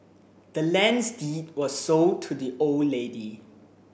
the land's deed was sold to the old lady